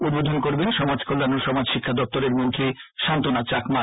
উদ্বোধন করবেন সমাজ কল্যাণ ও সমাজ শিক্ষা দপ্তরের মন্ত্রী সান্তনা চাকমা